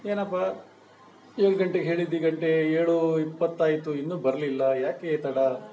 ಏನಪ್ಪ ಏಳು ಗಂಟೆಗೆ ಹೇಳಿದ್ದು ಈಗ ಗಂಟೆ ಏಳು ಇಪ್ಪತ್ತಾಯಿತು ಇನ್ನೂ ಬರಲಿಲ್ಲ ಯಾಕೆ ತಡ